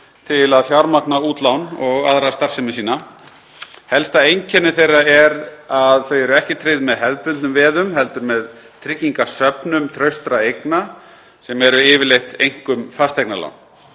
til að fjármagna útlán og aðra starfsemi sína. Helsta einkenni þeirra er að þau eru ekki tryggð með hefðbundnum veðum heldur með tryggingasöfnum traustra eigna, sem eru yfirleitt einkum fasteignalán.